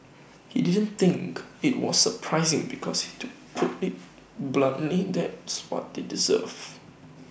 he didn't think IT was surprising because to put IT bluntly that's what they deserve